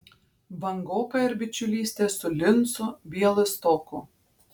vangoka ir bičiulystė su lincu bialystoku